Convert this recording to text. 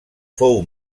fou